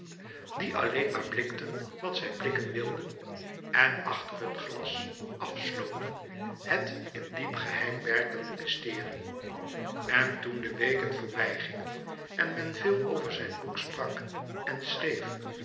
die alleen maar blikten wat zij blikken wilden en achter hun glas afsloten het in diep geheim werkende mysterie en toen de weken voorbij gingen en men veel over zijn boek sprak en schreef